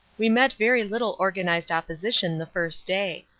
we met very little organized opposition the first day.